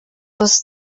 was